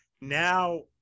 Now